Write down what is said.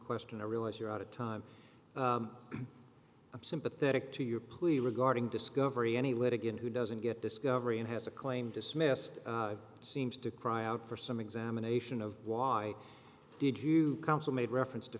question i realize you're out of time i'm sympathetic to your plea regarding discovery any litigant who doesn't get discovery and has a claim dismissed it seems to cry out for some examination of why did you counsel made reference to